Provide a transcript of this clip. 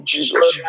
Jesus